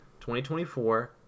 2024